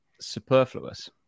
superfluous